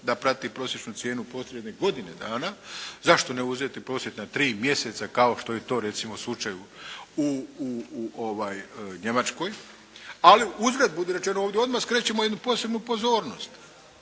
da prati prosječnu cijenu posljednje godine dana. Zašto ne uzeti prosjek na 3 mjeseca kao što je to recimo slučaj u Njemačkoj. Ali uzgred budi rečeno ovdje odmah skrećemo jednu posebnu pozornost